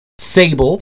Sable